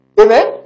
Amen